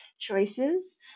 choices